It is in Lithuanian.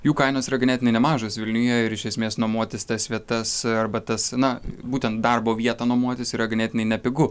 jų kainos yra ganėtinai nemažos vilniuje ir iš esmės nuomotis tas vietas arba tas na būtent darbo vietą nuomotis yra ganėtinai nepigu